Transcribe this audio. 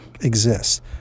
exists